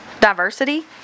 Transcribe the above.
diversity